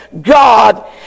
God